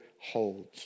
holds